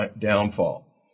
downfall